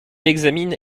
examine